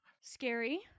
Scary